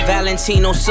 Valentino